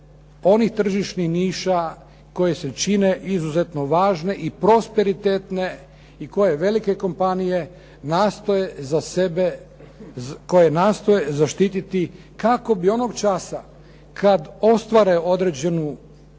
onih tržišnih niša koje se čine izuzetno važne i prosperitetne i koje velike kompanije nastoje za sebe, koje nastoje zaštititi kako bi onog časa kad ostvare određenu